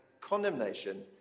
condemnation